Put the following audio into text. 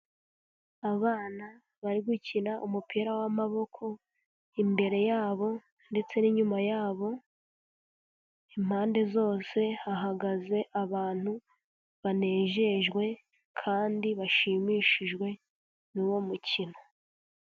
Abana bari gukina umupira w'amaboko imbere yabo ndetse n'iyuma yabo impande zose hahagaze abantu banejejwe kandi bashimishijwe n'uwo mukino.